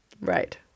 Right